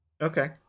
Okay